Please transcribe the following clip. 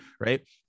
right